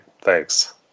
Thanks